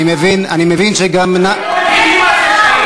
אני מבין שגם, חברי הכנסת,